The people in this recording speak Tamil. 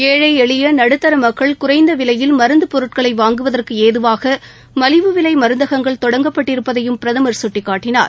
ஏழை எளிய நடுத்தர மக்கள் குறைந்த விலையில் மருந்து பொருட்களை வாங்குவதற்கு ஏதுவாக மலிவு விலை மருந்தகங்கள் தொடங்கப்பட்டிருப்பதையும் பிரதமர் சுட்டிக்காட்டினார்